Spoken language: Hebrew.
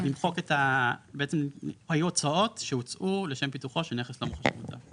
למחוק בעצם היו הוצאות שהוצאו לשם פיתוחו של נכס לא מוחשי מוטב.